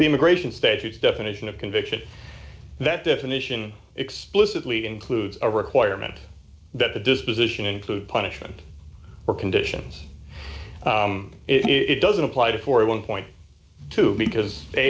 the immigration status definition of conviction that definition explicitly includes a requirement that the disposition include punishment or conditions it doesn't apply to for one point two because